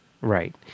Right